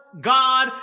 God